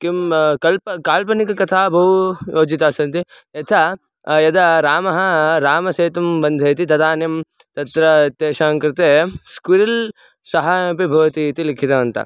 किं कल्पनं काल्पनिककथा बह्व्यः योजिताः सन्ति यथा यदा रामः रामसेतुं बन्धयति तदानीं तत्र तेषां कृते स्क्विरिल् सहायमपि भवति इति लिखितवन्तः